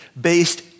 based